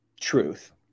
truth